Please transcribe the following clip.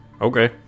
Okay